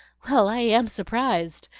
well, i am surprised!